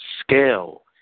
scale